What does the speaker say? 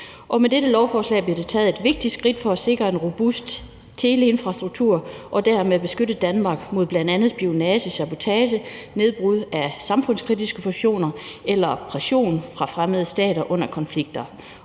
Med dette lovforslag bliver der taget et vigtigt skridt for at sikre en robust teleinfrastruktur og dermed beskytte Danmark mod bl.a. spionage, sabotage, nedbrud af samfundskritiske funktioner eller pression fra fremmede stater under konflikter.